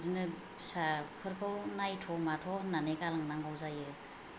बिदिनो फिसाफोरखौ नायथ' माथ' होननानै गालांनांगौ जायो